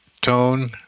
tone